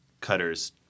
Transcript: cutters